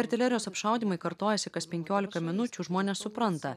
artilerijos apšaudymai kartojasi kas penkiolika minučių žmonės supranta